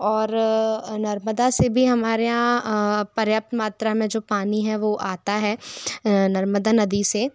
और नर्मदा से भी हमारे यहाँ पर्याप्त मात्रा में जो पानी है वो आता है नर्मदा नदी से